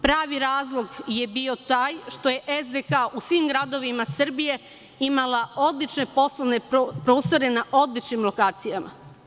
Pravi razlog je bio taj što je SDK u svim gradovima Srbije imala odlične poslovne prostore na odličnim lokacijama.